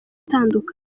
itandukanye